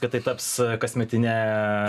kad tai taps kasmetine